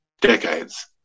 decades